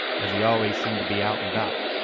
as he always seemed to be out and about.